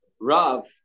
Rav